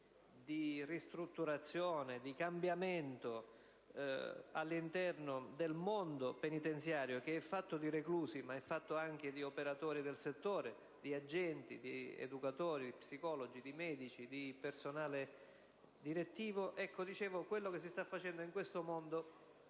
di ristrutturazione, di cambiamento all'interno del mondo penitenziario, che è fatto di reclusi ma anche di operatori del settore, di agenti, di educatori, di psicologi, di medici e di personale direttivo, rende quanto si sta facendo in questo mondo